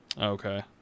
Okay